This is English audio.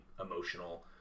emotional